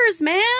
man